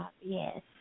Yes